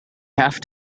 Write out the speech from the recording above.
have